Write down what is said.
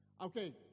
Okay